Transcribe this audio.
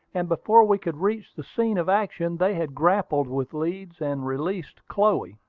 and before we could reach the scene of action they had grappled with leeds, and released chloe.